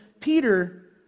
Peter